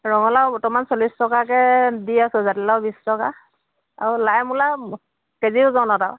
ৰঙালাও বৰ্তমান চল্লিছ টকাকৈ দি আছোঁ জাতিলাও বিশ টকা আৰু লাই মূলা কেজি ওজনত আও